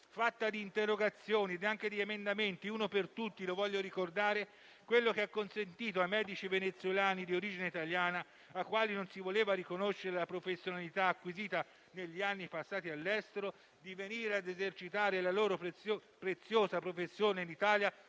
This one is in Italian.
fatta di interrogazioni e anche di emendamenti, tra cui - ne voglio ricordare uno per tutti - quello che ha consentito ai medici venezuelani di origine italiana, ai quali non si voleva riconoscere la professionalità acquisita negli anni passati all'estero, di venire ad esercitare la loro preziosa professione in Italia